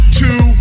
two